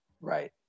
right